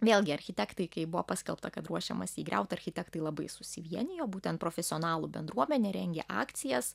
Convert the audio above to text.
vėlgi architektai kai buvo paskelbta kad ruošiamasi jį griaut architektai labai susivienijo būtent profesionalų bendruomenė rengė akcijas